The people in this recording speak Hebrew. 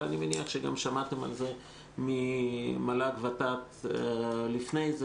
ואני מניח שגם שמעתם על זה ממל"ג-ות"ת לפני כן.